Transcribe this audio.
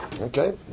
Okay